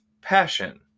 passion